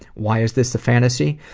why is this the fantasy?